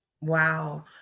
Wow